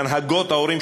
עם הנהגות ההורים,